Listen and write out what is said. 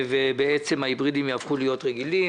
ובעצם הרכבים ההיברידיים יהפכו להיות רגילים.